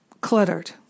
cluttered